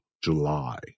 July